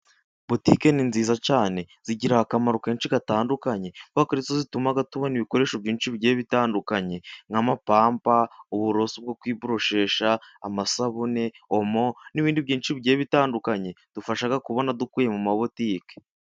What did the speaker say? Butike ni nziza cyane zigira akamaro kenshi gatandukanye kuberako ari zo zituma tubona ibikoresho byinshi bigiye bitandukanye nk'amapampa, uburoso bwo kwiboroshesha, amasabune, omo, n'ibindi byinshi bigiye bitandukanye bidufasha kubona dukuye mu mabutike.